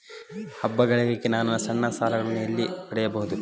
ಹಬ್ಬಗಳಿಗಾಗಿ ನಾನು ಸಣ್ಣ ಸಾಲಗಳನ್ನು ಎಲ್ಲಿ ಪಡೆಯಬಹುದು?